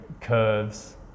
curves